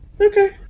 Okay